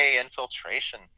infiltration